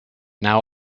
now